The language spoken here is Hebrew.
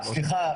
סליחה,